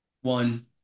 One